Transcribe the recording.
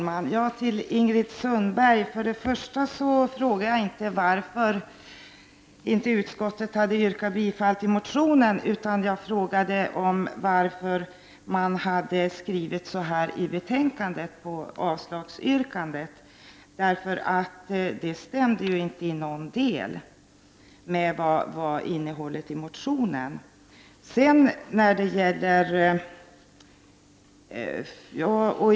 Herr talman! Jag frågade inte varför utskottet inte hade tillstyrkt motionen, utan jag frågade varför man hade skrivit som man gjort i avslagsyrkandet. Utskottets skrivning stämmer ju inte i någon del med innehållet i motionen.